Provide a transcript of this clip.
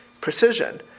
precision